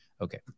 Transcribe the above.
Okay